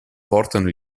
portano